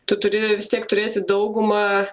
tu turi vis tiek turėti daugumą